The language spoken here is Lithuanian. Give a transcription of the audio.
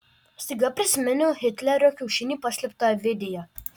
staiga prisiminiau hitlerio kiaušinį paslėptą avidėje